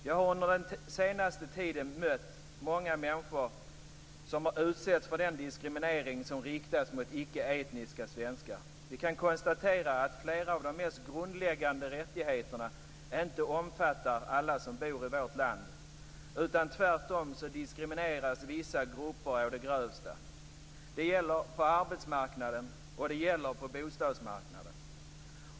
Jag har under den senaste tiden mött många människor som har utsatts för den diskriminering som riktas mot icke-etniska svenskar. Vi kan konstatera att flera av de mest grundläggande rättigheterna inte omfattar alla som bor i vårt land, utan tvärtom diskrimineras vissa grupper å det grövsta. Det gäller på arbetsmarknaden och det gäller på bostadsmarknaden.